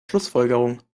schlussfolgerung